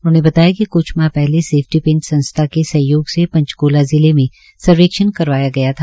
उन्होंने बताया कि कुछ माह पहले सेफ्टीपिन संस्था के सहयोग से पंचकला ज़िले में सर्वेक्षण करवाया गया था